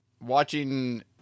watching